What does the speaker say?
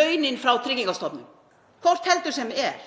launin frá Tryggingastofnun, hvort heldur sem er.